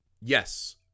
Yes